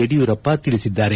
ಯಡಿಯೂರಪ್ಪ ತಿಳಿಸಿದ್ದಾರೆ